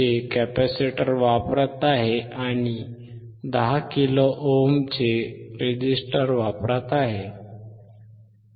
1µF capacitor वापरत आहे आणि 10 किलो ओमचे 10kΩ रेझिस्टर वापरत आहे